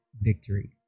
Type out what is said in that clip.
victory